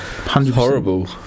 horrible